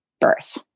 birth